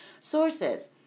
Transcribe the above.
Sources